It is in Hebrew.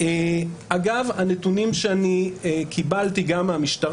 אגב, השירות הציבורי יקר